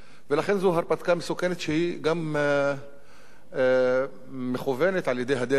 שגם מכוונת על-ידי הדרג הפוליטי למטרות פוליטיות,